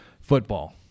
Football